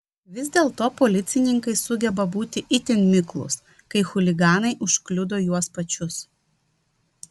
vis dėlto policininkai sugeba būti itin miklūs kai chuliganai užkliudo juos pačius